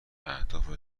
اهداف